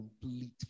complete